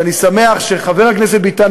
אני שמח שחבר הכנסת ביטן,